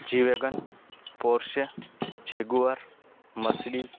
G wagon Porsche jaguar Mercedes